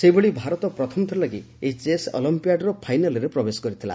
ସେହିଭଳି ଭାରତ ପ୍ରଥମଥର ଲାଗି ଏହି ଚେସ୍ ଅଲମ୍ପିଆଡ୍ର ଫାଇନାଲରେ ପ୍ରବେଶ କରିଥିଲା